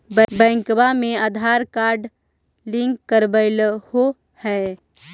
बैंकवा मे Aadhaar card link करवैलहो है?